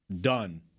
done